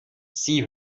sie